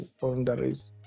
boundaries